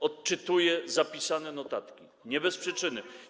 Odczytuję zapisane notatki nie bez przyczyny.